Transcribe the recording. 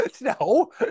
No